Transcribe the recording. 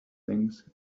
things